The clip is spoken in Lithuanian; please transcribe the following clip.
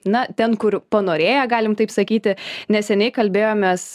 na ten kur panorėję galim taip sakyti neseniai kalbėjomės